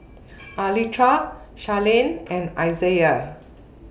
Anitra Charline and Isaiah